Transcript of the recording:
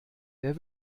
wer